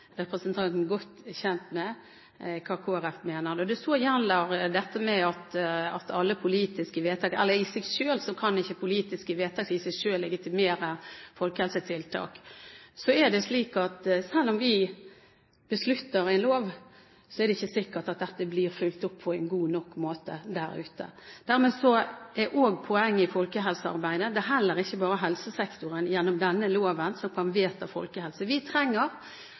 representanten godt kjent med hva Kristelig Folkeparti mener. I seg selv kan ikke alle politiske vedtak legitimere folkehelsetiltak. Så er det slik at selv om vi beslutter en lov, er det ikke sikkert at dette blir fulgt opp på en god nok måte der ute. Dermed er poenget i folkehelsearbeidet at det er heller ikke bare helsesektoren som gjennom denne loven kan vedta folkehelse. Vi trenger